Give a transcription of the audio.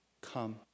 come